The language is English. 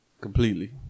completely